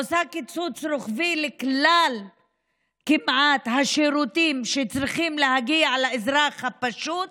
היא עושה קיצוץ רוחבי כמעט לכלל השירותים שצריכים להגיע לאזרח הפשוט,